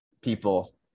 people